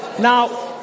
Now